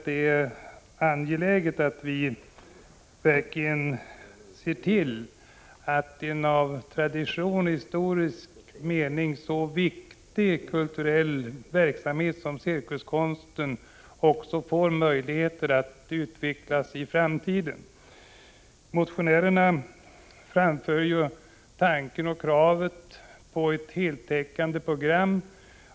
Det är angeläget att vi verkligen ser till att en traditionell och i historisk mening så viktig kulturell verksamhet som cirkuskonsten också får möjligheter att utvecklas i framtiden. Motionärerna framför krav på ett heltäckande program.